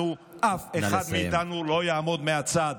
אנחנו, אף אחד מאיתנו, לא יעמוד מהצד.